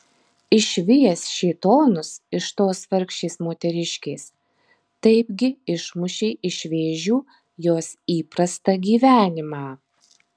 išvijęs šėtonus iš tos vargšės moteriškės taipgi išmušei iš vėžių jos įprastą gyvenimą